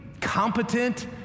competent